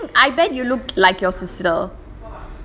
I think I bet you look like your sister